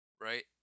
right